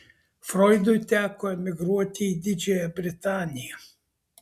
froidui teko emigruoti į didžiąją britaniją